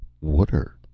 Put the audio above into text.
water